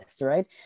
right